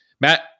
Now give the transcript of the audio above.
Matt